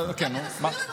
אני אסביר.